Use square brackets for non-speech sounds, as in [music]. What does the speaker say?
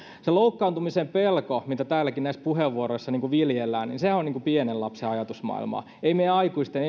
se loukkaantumisen pelko mitä täälläkin näissä puheenvuoroissa viljellään sehän on niin kuin pienen lapsen ajatusmaailmaa ei meidän aikuisten [unintelligible]